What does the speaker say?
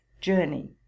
journey